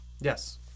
Yes